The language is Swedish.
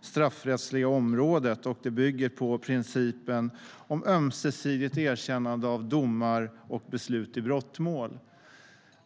straffrättsliga området. Det bygger på principen om ömsesidigt erkännande av domar och beslut i brottmål.